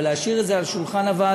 אבל להשאיר את זה על שולחן הוועדה,